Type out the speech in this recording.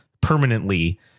permanently